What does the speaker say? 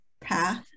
path